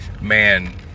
man